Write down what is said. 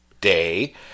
Day